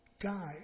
Guy